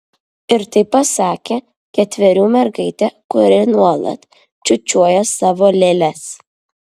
ir tai pasakė ketverių mergaitė kuri nuolat čiūčiuoja savo lėles